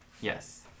Yes